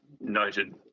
noted